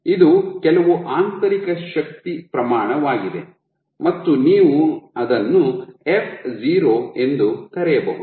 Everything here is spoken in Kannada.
ಇದು ಕೆಲವು ಆಂತರಿಕ ಶಕ್ತಿ ಪ್ರಮಾಣವಾಗಿದೆ ಮತ್ತು ನೀವು ಅದನ್ನು f0 ಎಂದು ಕರೆಯಬಹುದು